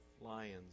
lions